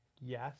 Yes